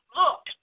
look